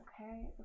okay